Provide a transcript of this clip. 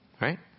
right